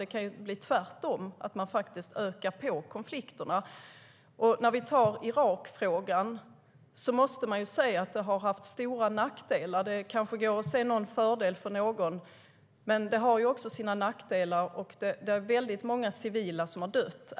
Det kan tvärtom bli så att man ökar konflikterna.I fråga om Irak måste vi se att det har haft stora nackdelar. Det kanske går att se någon fördel för någon, men det har nackdelar - väldigt många civila har dött.